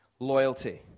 Loyalty